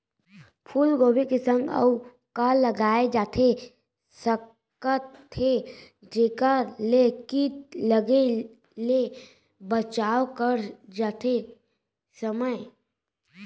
फूलगोभी के संग अऊ का लगाए जाथे सकत हे जेखर ले किट लगे ले बचाव करे जाथे सकय?